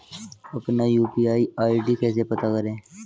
अपना UPI ID कैसे पता करें?